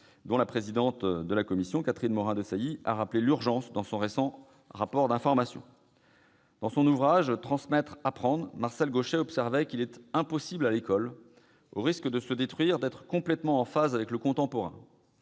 dont la présidente de notre commission, Catherine Morin-Desailly, a rappelé l'urgence dans son récent rapport d'information. Dans son ouvrage, Marcel Gauchet observait qu'« il est impossible à l'école, au risque de se détruire, d'être complètement en phase avec le contemporain.